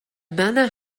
manor